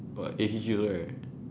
got A_K_G also right